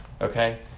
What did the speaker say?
okay